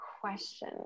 Question